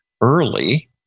early